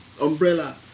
umbrella